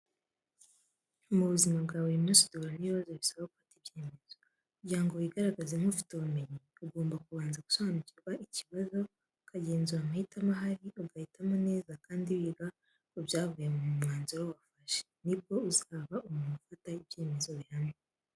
Mu buzima bwa buri munsi duhura n’ibibazo bisaba gufata ibyemezo. Kugira ngo wigaragaze nk’ufite ubumenyi, ugomba kubanza gusobanukirwa ikibazo, ukagenzura amahitamo ahari, ugahitamo neza kandi wiga ku byavuye mu mwanzuro wafashe. Ni bwo uzaba umuntu ufata ibyemezo bihamye.